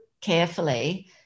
carefully